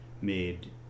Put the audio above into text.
made